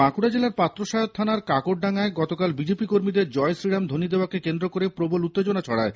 বাঁকুড়া জেলার পাত্রসায়র থানার কাকরডাঙ্গায় গতকাল বিজেপি কর্মীদের জয় শ্রীরাম ধ্বনী দেওয়াকে কেন্দ্র করে প্রবল উত্তেজনা ছড়ায়